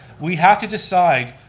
we have to decide,